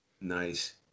Nice